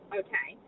okay